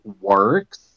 works